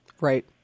right